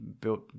built